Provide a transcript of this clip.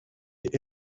est